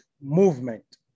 movement